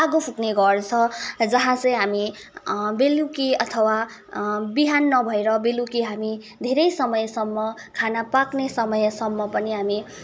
आगो फुक्ने घर छ जहाँ चाहिँ हामी बेलुकी अथवा बिहान नभएर बेलुकी हामी धेरै समयसम्म खाना पाक्ने समयसम्म पनि हामी